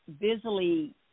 busily